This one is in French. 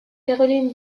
caroline